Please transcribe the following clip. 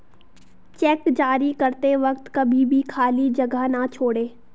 check जारी करते वक्त कभी भी खाली जगह न छोड़ें